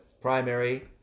primary